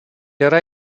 yra